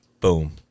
Boom